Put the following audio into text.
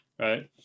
Right